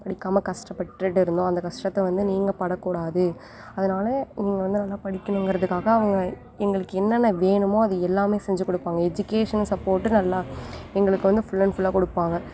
படிக்காமல் கஷ்டப்பட்டுட்டு இருந்தோம் அந்த கஷ்டத்த வந்து நீங்கள் படக்கூடாது அதனால் நீங்கள் வந்து நல்லா படிக்கிணுங்கறதுக்காக அவங்க எங்களுக்கு என்னென்ன வேணுமோ அது எல்லாமே செஞ்சு கொடுப்பாங்க எஜிகேஷன் சப்போர்ட்டு நல்லா எங்களுக்கு வந்து ஃபுல் அண்ட் ஃபுல்லாக கொடுப்பாங்க